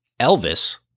Elvis